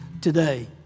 today